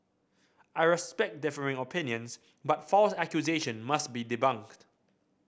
I respect differing opinions but false accusation must be debunked